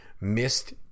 missed